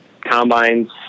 combines